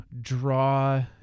draw